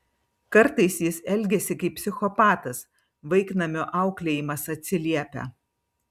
kartais jis elgiasi kaip psichopatas vaiknamio auklėjimas atsiliepia